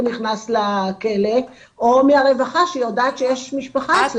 כשאסיר נכנס לכלא או מהרווחה שיודעת שיש משפחה אצלה.